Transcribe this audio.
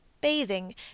bathing